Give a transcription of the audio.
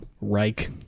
Reich